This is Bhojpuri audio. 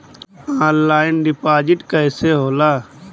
ऑनलाइन डिपाजिट कैसे होला?